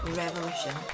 revolution